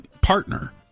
partner